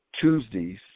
Tuesdays